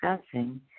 discussing